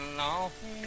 long